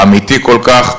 האמיתי כל כך,